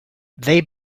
they